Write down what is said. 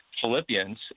Philippians